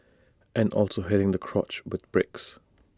and also hitting the crotch with bricks